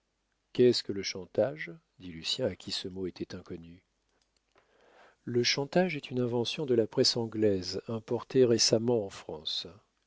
qu'est-ce que le chantage dit lucien à qui ce mot était inconnu le chantage est une invention de la presse anglaise importée récemment en france